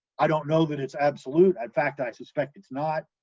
i don't know that it's absolute, in fact, i suspect it's not,